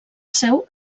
seu